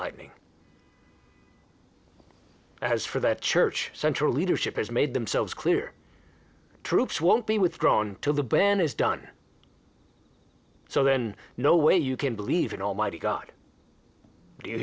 lightning as for the church central leadership has made themselves clear troops won't be withdrawn till the ben is done so then no way you can believe in almighty god